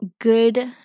good